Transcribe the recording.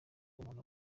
umuntu